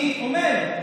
אני אומר,